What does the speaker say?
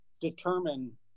determine